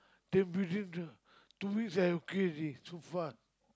then within the two weeks I okay already so fast